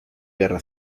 guerra